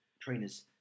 trainers